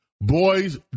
Boys